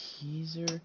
teaser